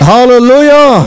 Hallelujah